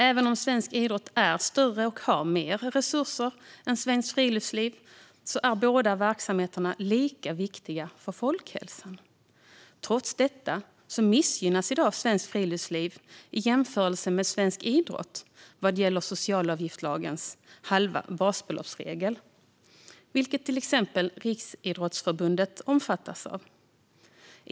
Även om svensk idrott är större och har mer resurser än svenskt friluftsliv är båda verksamheterna lika viktiga för folkhälsan. Trots detta missgynnas i dag svenskt friluftsliv i jämförelse med svensk idrott vad gäller socialavgiftslagens regel om halvt basbelopp, vilken till exempel Riksidrottsförbundet omfattas av.